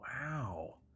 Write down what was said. Wow